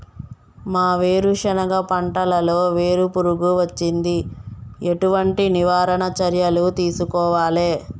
మా వేరుశెనగ పంటలలో వేరు పురుగు వచ్చింది? ఎటువంటి నివారణ చర్యలు తీసుకోవాలే?